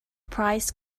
price